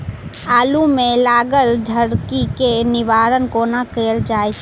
आलु मे लागल झरकी केँ निवारण कोना कैल जाय छै?